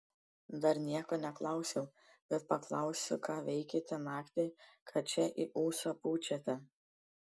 dar nieko neklausiau bet paklausiu ką veikėte naktį kad čia į ūsą pučiate